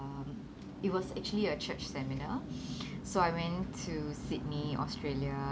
um it was actually a church seminar so I went to sydney australia